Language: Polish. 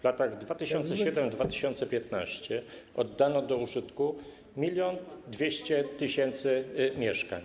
W latach 2007-2015 oddano do użytku 1200 tys. mieszkań,